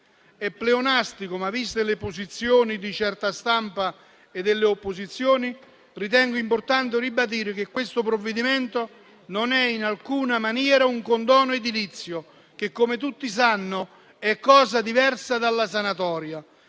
È pleonastico, ma viste le posizioni di certa stampa e delle opposizioni, ritengo importante ribadire che questo provvedimento non è in alcuna maniera un condono edilizio che, come tutti sanno, è cosa diversa dalla sanatoria.